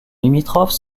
limitrophes